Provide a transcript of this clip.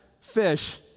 fish